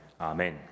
Amen